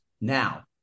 Now